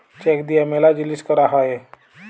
check দিয়া ম্যালা জিলিস ক্যরা হ্যয়ে